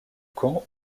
camp